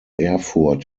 erfurt